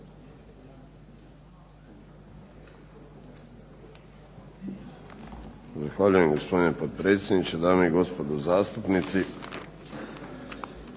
Zahvaljujem gospodine potpredsjedniče, dame i gospodo zastupnici,